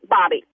Bobby